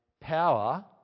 power